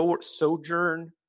Sojourn